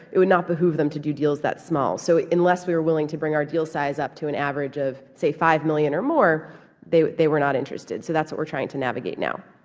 it would not behoove them to do deals that small. so unless we're willing to bring our deal size up to an average of, say, five million dollars or more, they they were not interested. so that's what we're trying to navigate now.